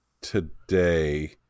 today